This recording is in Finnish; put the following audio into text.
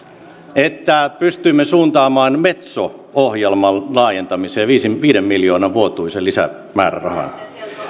että pystyimme suuntaamaan metso ohjelman laajentamiseen viiden viiden miljoonan vuotuisen lisämäärärahan